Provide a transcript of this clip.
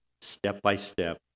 step-by-step